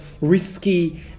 risky